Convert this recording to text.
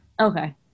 Okay